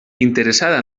interessada